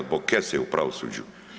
Zbog kese u pravosuđu.